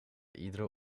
iedere